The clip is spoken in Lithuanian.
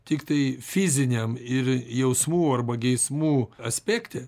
tiktai fiziniam ir jausmų arba geismų aspekte